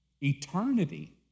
Eternity